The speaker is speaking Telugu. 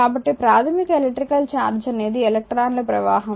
కాబట్టి ప్రాథమికంగా ఎలక్ట్రికల్ ఛార్జ్ అనేది ఎలెక్ట్రాన్ల ప్రవాహం